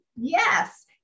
Yes